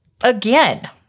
Again